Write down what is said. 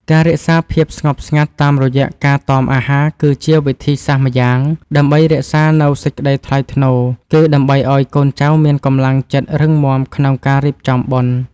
ការរក្សាភាពស្ងប់ស្ងាត់តាមរយៈការតមអាហារគឺជាវិធីសាស្ត្រម្យ៉ាង ដើម្បីរក្សានូវសេចក្តីថ្លៃថ្នូរ គឺដើម្បីឱ្យកូនចៅមានកម្លាំងចិត្តរឹងមាំក្នុងការរៀបចំបុណ្យ។